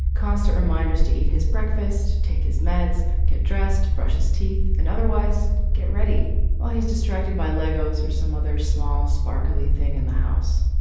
constant reminders to eat his breakfast, take his meds, get dressed, brush his teeth, and otherwise get ready while he's distracted by legos or some other small sparkly thing in the house